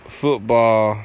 football